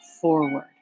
forward